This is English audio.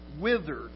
withered